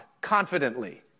confidently